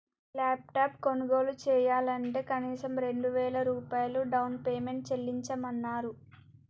laptop కొనుగోలు చెయ్యాలంటే కనీసం రెండు వేల రూపాయలు డౌన్ పేమెంట్ చెల్లించమన్నరు